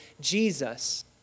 Jesus